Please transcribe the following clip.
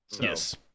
Yes